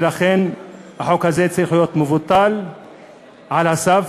ולכן החוק הזה צריך להיות מבוטל על הסף.